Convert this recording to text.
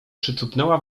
przycupnęła